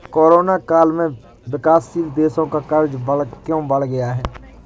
Corona काल में विकासशील देशों का कर्ज क्यों बढ़ गया है?